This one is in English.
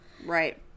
right